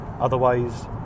Otherwise